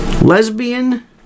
Lesbian